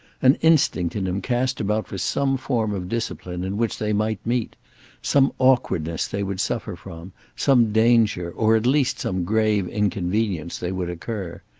an instinct in him cast about for some form of discipline in which they might meet some awkwardness they would suffer from, some danger, or at least some grave inconvenience, they would incur.